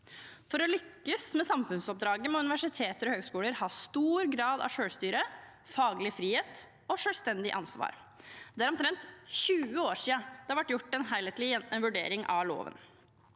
For å lykkes med samfunnsoppdraget må universiteter og høyskoler ha stor grad av selvstyre, faglig frihet og selvstendig ansvar. Det er omtrent 20 år siden det har vært gjort en helhetlig vurdering av loven.